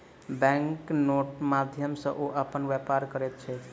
bank नोटक माध्यम सॅ ओ अपन व्यापार करैत छैथ